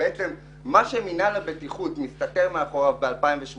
מה שמינהל הבטיחות מסתתר מאחוריו ב-2018